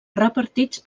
repartits